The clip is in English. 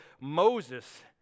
Moses